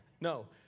No